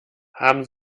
haben